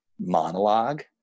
monologue